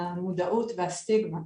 המודעות והסטיגמה.